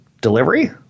delivery